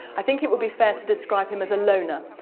i think it would be fair to describe him as a loner.